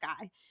guy